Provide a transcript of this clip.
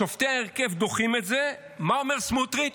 שופטי ההרכב דוחים את זה, מה אומר סמוטריץ',